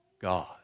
God